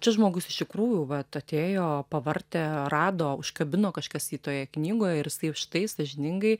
šis žmogus iš tikrųjų vat atėjo pavartė rado užkabino kažkas jį toje knygoje ir jisai štai sąžiningai